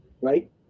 right